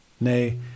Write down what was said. Nay